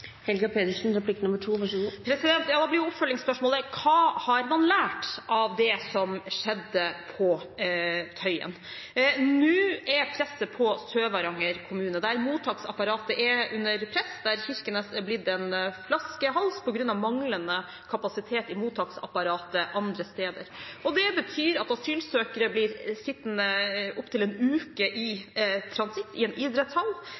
Da blir oppfølgingsspørsmålet: Hva har man lært av det som skjedde på Tøyen? I Sør-Varanger kommune er mottaksapparatet nå under press, og Kirkenes er blitt en flaskehals på grunn av manglende kapasitet i mottaksapparatet andre steder. Det betyr at asylsøkere blir sittende opp til en uke i transitt i en